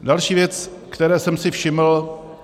Další věc, které jsem si všiml.